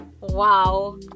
Wow